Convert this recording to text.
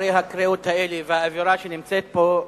אחרי הקריאות האלה והאווירה שיש פה,